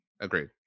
Agreed